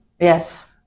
Yes